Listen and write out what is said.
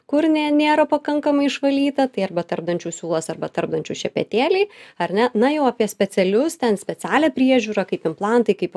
kur ne nėra pakankamai išvalyta tai arba tarpdančių siūlas arba tarpdančių šepetėliai ar ne na jau apie specialius ten specialią priežiūrą kaip implantai kaip